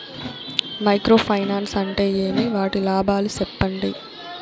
Micro finance అంటే ఏమి? వాటి లాభాలు సెప్పండి?